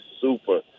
super